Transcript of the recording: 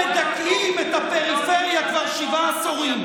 מדכאים את הפריפריה כבר שבעה עשורים.